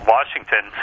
Washington